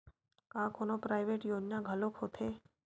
का कोनो प्राइवेट योजना घलोक होथे?